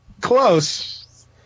close